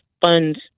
funds